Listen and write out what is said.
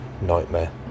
nightmare